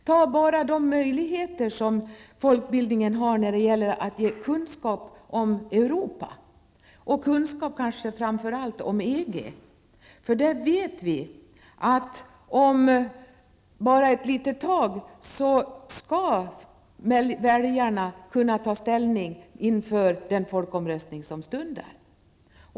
Jag vill framhålla de möjligheter som folkbildningen har när det gäller att ge kunskap om Europa och om EG. Vi vet att väljarna snart skall ta ställning inför den folkomröstning som stundar.